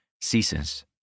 ceases